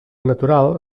natural